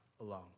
alone